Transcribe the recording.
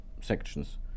sections